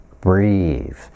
breathe